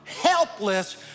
helpless